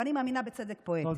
אבל אני מאמינה בצדק פואטי,